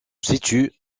situe